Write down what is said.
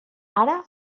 ara